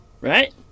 right